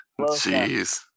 Jeez